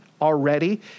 already